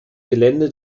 gelände